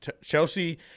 Chelsea